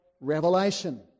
revelation